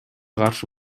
каршы